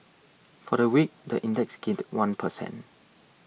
for the week the index gained one per cent